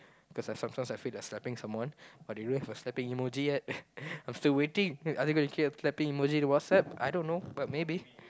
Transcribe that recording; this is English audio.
cause like sometimes I feel like slapping someone but they don't have a slapping emoji yet I'm still waiting are they gonna slapping emoji in WhatsApp I don't know but maybe